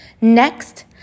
Next